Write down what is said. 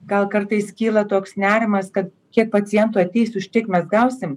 gal kartais kyla toks nerimas kad kiek pacientų ateis už tik mes gausim